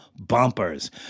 bumpers